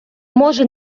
може